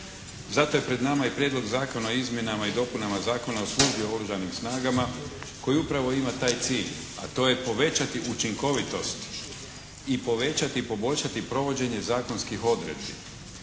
Zato je pred nama i Prijedlog zakona o izmjenama i dopunama Zakona o službi u oružanim snagama koji upravo ima taj cilj. A to je povećati učinkovitost i povećati i poboljšati provođenje zakonskih odredbi.